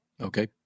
Okay